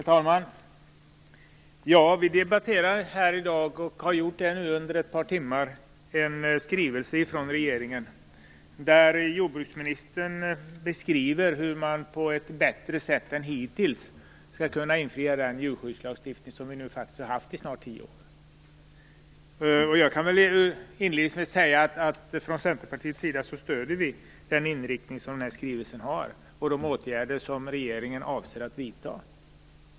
Herr talman! Vi debatterar här i dag, och har gjort under ett par timmar, en skrivelse från regeringen där jordbruksministern beskriver hur man på ett bättre sätt än hittills skall kunna infria den djurskyddslagstiftning som vi faktiskt har haft i snart tio år nu. Jag kan inledningsvis säga att vi från Centerpartiets sida stöder den inriktning som skrivelsen har och de åtgärder som regeringen avser att vidta.